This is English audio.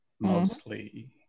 mostly